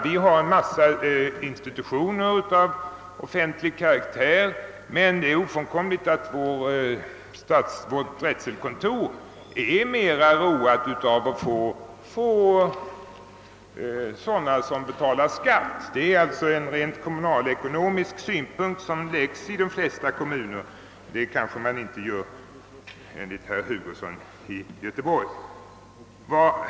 Vi har en massa institutioner av offentlig karaktär, men det är alldeles uppenbart att vår drätselkammare är mer road av att till staden få sådana som betalar skatt. Det är alltså rent kommunalekonomiska synpunkter som anläggs i de flesta kommuner. Men det tycks man, enligt herr Hugosson, inte göra i Göteborg.